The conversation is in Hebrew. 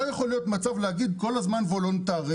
לא יכול להיות מצב להגיד כל הזמן וולונטרי.